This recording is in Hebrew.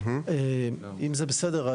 אם זה בסדר,